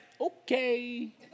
Okay